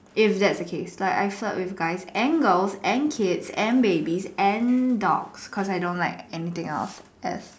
if that's the case like I flirt with guys and girls and kids and babies dogs cause I don't like anything else